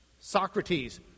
Socrates